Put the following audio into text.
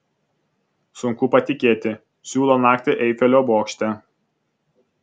sunku patikėti siūlo naktį eifelio bokšte